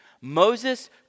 Moses